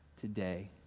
today